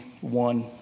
one